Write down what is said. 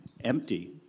empty